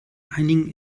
einigen